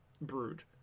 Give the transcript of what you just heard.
brood